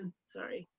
sorry,